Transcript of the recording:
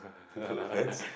hats